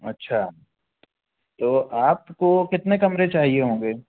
अच्छा तो आपको कितने कमरे चाहिए होंगे